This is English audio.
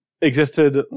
existed